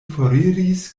foriris